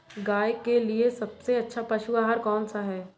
गाय के लिए सबसे अच्छा पशु आहार कौन सा है?